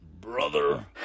brother